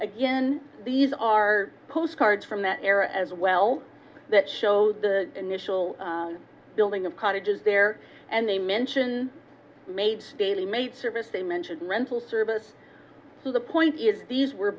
again these are postcards from that era as well that show the initial building of cottages there and they mention maybe daily maid service they mentioned rental service to the point these were